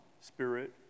spirit